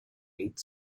eighth